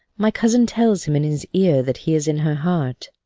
my cousin tells him in his ear that he is in her heart.